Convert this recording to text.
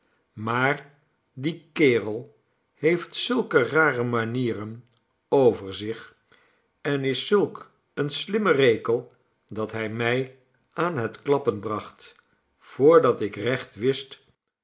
maar die kerel heeft zulke rare manieren over zich en is zulk een slimme rekel dat hij mij aan het klappen bracht voordat ik recht wist